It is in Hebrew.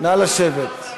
נא לשבת.